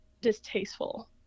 distasteful